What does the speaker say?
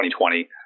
2020